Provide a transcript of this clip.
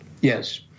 Yes